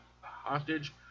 hostage